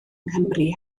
nghymru